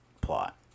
plot